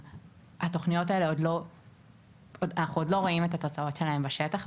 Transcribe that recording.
אנחנו עוד לא רואים את התוצאות של התוכניות האלה בשטח,